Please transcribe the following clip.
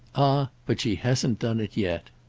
ah but she hasn't done it yet!